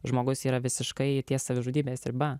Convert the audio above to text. žmogus yra visiškai ties savižudybės riba